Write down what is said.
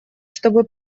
чтобы